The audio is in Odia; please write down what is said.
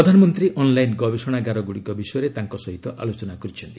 ପ୍ରଧାନମନ୍ତ୍ରୀ ଅନ୍ଲାଇନ୍ ଗବେଷଣାଗାର ଗୁଡ଼ିକ ବିଷୟରେ ତାଙ୍କ ସହ ଆଲୋଚନା କରିଛନ୍ତି